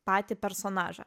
patį personažą